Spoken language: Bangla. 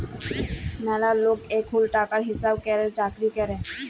ম্যালা লক এখুল টাকার হিসাব ক্যরের চাকরি ক্যরে